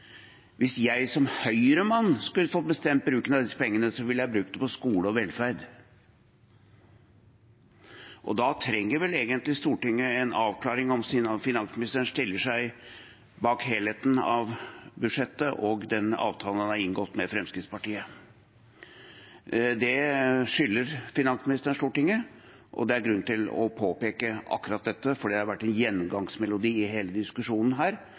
Hvis jeg som høyremann skulle fått bestemt bruken av disse pengene, ville jeg brukt dem på skole og velferd. Da trenger vel egentlig Stortinget en avklaring av om finansministeren stiller seg bak helheten i budsjettet og den avtalen han har inngått med Fremskrittspartiet. Det skylder finansministeren Stortinget, og det er grunn til å påpeke akkurat dette, for det har vært en gjennomgangsmelodi i hele diskusjonen her,